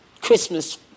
Christmas